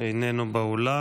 איננו באולם.